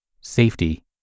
safety